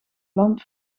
land